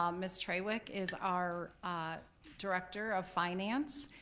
um miss trawick is our director of finance,